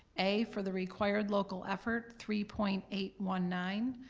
a, for the required local effort three point eight one nine,